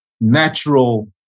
natural